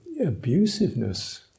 abusiveness